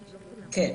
כן.